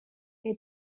que